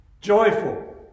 joyful